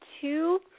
two